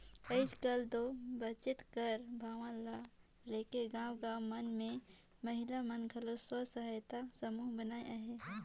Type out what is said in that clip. आएज काएल दो बचेत कर भावना ल लेके गाँव गाँव मन में महिला मन घलो स्व सहायता समूह बनाइन अहें